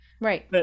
Right